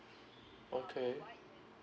okay